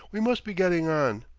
we must be getting on.